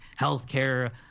healthcare